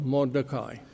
Mordecai